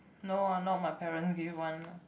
no ah not my parent give one lah